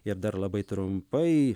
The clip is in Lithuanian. ir dar labai trumpai